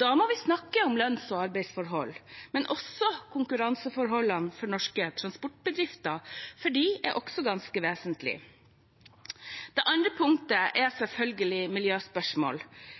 Da må vi snakke om lønns- og arbeidsforhold, men også om konkurranseforholdene for norske transportbedrifter, for det er også ganske vesentlig. Det andre punktet er selvfølgelig